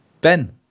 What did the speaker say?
Ben